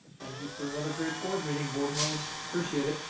thank you for another great board meeting board members, appreciate it.